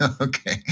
Okay